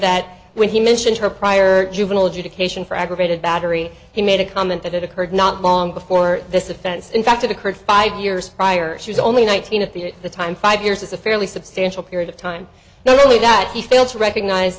that when he mentioned her prior juvenile adjudication for aggravated battery he made a comment that had occurred not long before this offense in fact occurred five years prior she was only nineteen at the time five years is a fairly substantial period of time not only that he failed to recognize